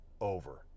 over